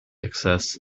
excess